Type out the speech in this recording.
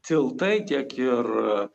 tiltai tiek ir